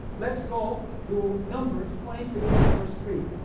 let's go to numbers twenty two and verse three.